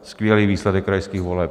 Skvělý výsledek krajských voleb!